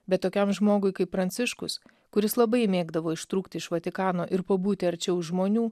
bet tokiam žmogui kaip pranciškus kuris labai mėgdavo ištrūkti iš vatikano ir pabūti arčiau žmonių